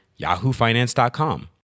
yahoofinance.com